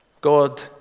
God